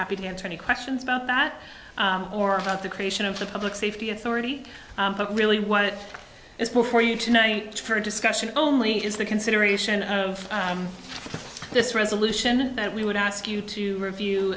happy to answer any questions about that or about the creation of the public safety authority but really what is before you tonight for discussion only is the consideration of this resolution that we would ask you to review